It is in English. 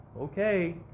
Okay